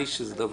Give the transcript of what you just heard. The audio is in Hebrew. שנה.